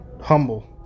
Humble